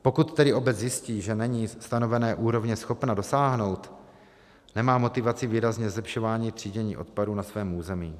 Pokud tedy obec zjistí, že není stanovené úrovně schopna dosáhnout, nemá motivaci výrazně zlepšovat třídění odpadů na svém území.